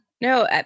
No